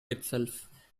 itself